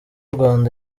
rwanda